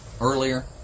earlier